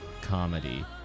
comedy